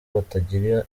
batagira